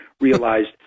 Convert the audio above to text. realized